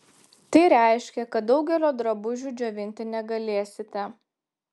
tai reiškia kad daugelio drabužių džiovinti negalėsite